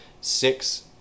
six